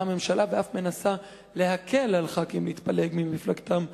באה הממשלה ואף מנסה להקל על ח"כים להתפלג ממפלגתם המקורית,